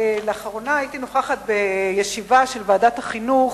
לאחרונה הייתי בישיבה של ועדת החינוך